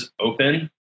open